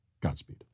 Godspeed